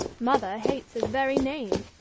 mother hates his very name,